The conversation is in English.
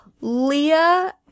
Leah